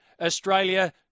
Australia